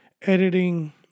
Editing